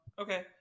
Okay